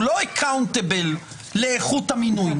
הוא לא אקאונטבל לאיכות המינוי.